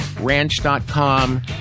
ranch.com